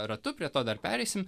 ratu prie to dar pereisim